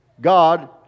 God